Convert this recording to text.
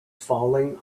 falling